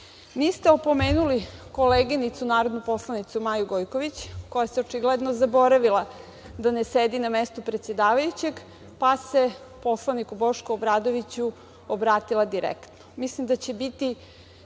opomenuli koleginicu narodnu poslanicu Maju Gojković, kada je očigledno zaboravila da ne sedi na mestu predsedavajućeg, pa se poslaniku Bošku Obradoviću obratila direktno. Mislim da će biti